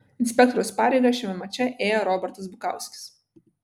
inspektoriaus pareigas šiame mače ėjo robertas bukauskis